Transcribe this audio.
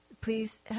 please